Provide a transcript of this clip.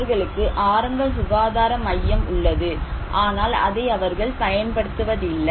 அவர்களுக்கு ஆரம்ப சுகாதார மையம் உள்ளது ஆனால் அதை அவர்கள் பயன்படுத்துவதில்லை